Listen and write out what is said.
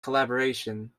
collaboration